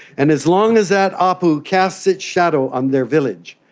and as long as that apu casts its shadow on their village,